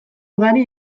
ugari